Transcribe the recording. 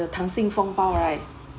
the 溏心风暴 right